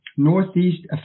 Northeast